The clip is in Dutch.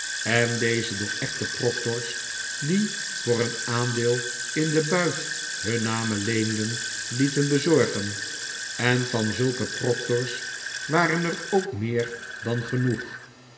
en deze door echte proctors die voor een aandeel in den buit hun namen leenden lieten bezorgen en van zulke proctors waren er ook meer dan genoeg